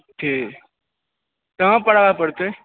ठीक कहाॅं पर आबे परतै